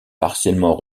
partiellement